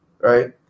right